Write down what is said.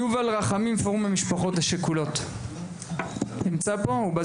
יובל רחמים, פורום המשפחות השכולות, בבקשה.